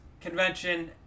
convention